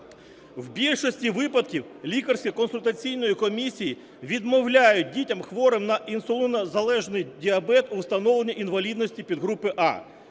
У більшості випадків лікарські консультативні комісії відмовляють дітям, хворим на інсулінозалежний діабет, у встановленні інвалідності підгрупи А.